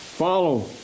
follow